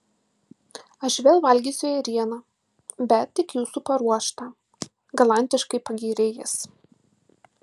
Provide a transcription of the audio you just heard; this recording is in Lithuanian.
aš vėl valgysiu ėrieną bet tik jūsų paruoštą galantiškai pagyrė jis